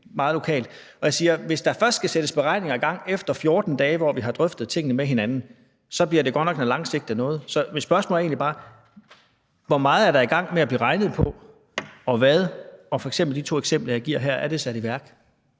meget lokalt? Hvis der først skal sættes beregninger i gang efter 14 dage, hvor vi kan drøftet tingene med hinanden, så bliver det godt nok en lang proces. Så mit spørgsmål er egentlig bare: Hvor meget er der i gang med at blive regnet på, og er beregningerne på f.eks. de to eksempler, jeg giver her, blevet sat i værk?